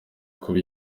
kuba